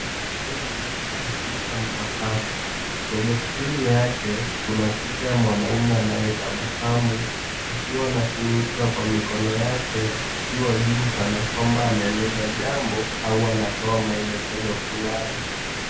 Hii ni kompyuta mpakato, kwenye skrini yake kuna picha ya mwanaume anayetabasamu akiwa anazungumza kwa mikono yake yakiwa juu kana kwamba anaeleza jambo au anatoa maelekezo fulani.